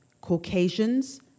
Caucasians